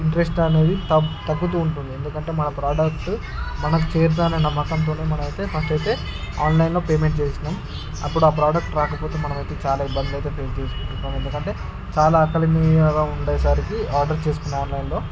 interest అనేది తగ్గు తగ్గుతూ ఉంటుంది ఎందుకంటే మన ప్రొడక్టు మనకి చెరతాద అన్న నమ్మకం మన మనమయితే మనకయితే ఆన్లైన్లో పేమెంట్ చేసేసినాం అప్పుడా ఆ ప్రొడక్ట్ రాకపోతే మనమయితే చాలా ఇబ్బందులయితే పేస్ చేస్తూంటాము ఎందుకంటే చాలా అకాడమీ అలా ఉండే సరికి ఆర్డర్ చేసుకున్నాం ఆన్లైన్లో